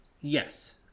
Yes